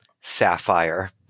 Sapphire